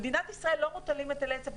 במדינת ישראל לא מוטלים היטלי היצף.